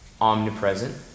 omnipresent